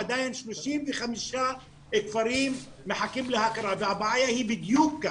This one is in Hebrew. עדיין 35 כפרים מחכים להכרה והבעיה היא בדיוק כאן.